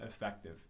effective